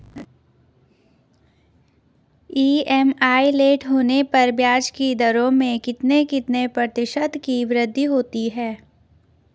EMI late होने पर ब्याज की दरों में कितने कितने प्रतिशत की वृद्धि होती है?